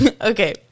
Okay